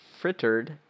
frittered